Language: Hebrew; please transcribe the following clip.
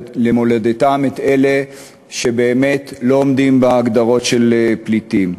למולדתם את אלה שבאמת לא עומדים בהגדרות של פליטים.